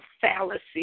fallacy